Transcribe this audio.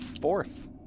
fourth